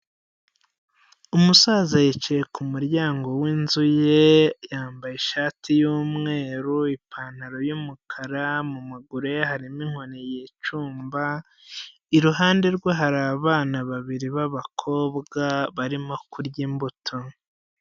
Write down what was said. Umusaza yicaye ku muryango w'inzu ye, yambaye ishati y'umweru ipantaro y'umukara mu maguru ye harimo inkoni yicumba, iruhande rwe hari abana babiri b'abakobwa barimo kurya imbuto.